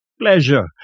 pleasure